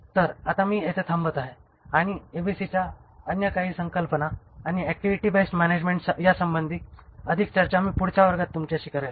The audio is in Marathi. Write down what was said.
तर आता मी येथे थांबत आहे आणि एबीसीच्या काही अन्य संकल्पना आणि ऍक्टिव्हिटी बेस्ड मॅनॅजमेण्ट यासंबंधी अधिक चर्चा मी पुढच्या वर्गात तुमच्याशी करेल